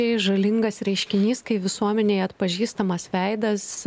tai žalingas reiškinys kai visuomenėje atpažįstamas veidas